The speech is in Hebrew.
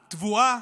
בתבואה,